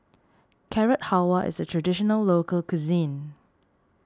Carrot Halwa is a Traditional Local Cuisine